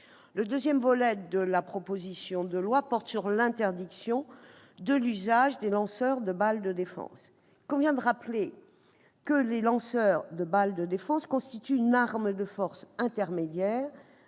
Le deuxième volet de cette proposition de loi porte sur l'interdiction de l'usage des lanceurs de balles de défense. Il convient de rappeler que les lanceurs de balles de défense constituent une arme de force intermédiaire